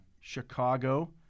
Chicago